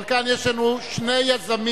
אבל כאן יש לנו שני יוזמים,